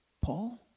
Paul